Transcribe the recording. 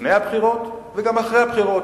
לפני הבחירות וגם אחרי הבחירות.